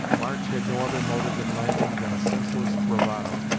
march had no other motive in landing than a senseless bravado,